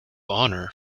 honor